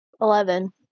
Eleven